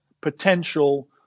potential